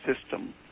system